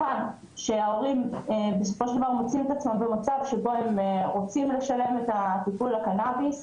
ההורים מוצאים את עצמם במצב שבו הם רוצים לשלם את הטיפול לקנביס,